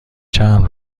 چند